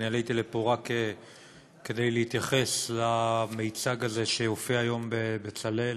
עליתי רק כדי להתייחס למיצג הזה שהופיע היום ב"בצלאל".